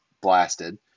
blasted